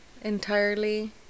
entirely